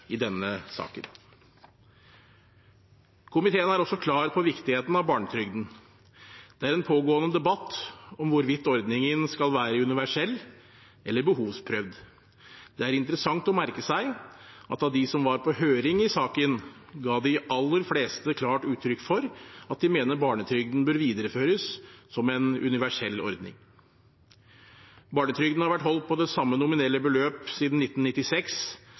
i denne saken. Komiteen er også klar når det gjelder viktigheten av barnetrygden. Det er en pågående debatt om hvorvidt ordningen skal være universell eller behovsprøvd. Det er interessant å merke seg at av dem som var på høring i saken, ga de aller fleste klart uttrykk for at de mener barnetrygden bør videreføres som en universell ordning. Barnetrygden har vært holdt på samme nominelle beløp siden 1996,